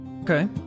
okay